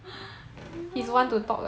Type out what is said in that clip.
oh my god